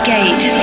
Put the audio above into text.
Gate